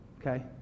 Okay